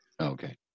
Okay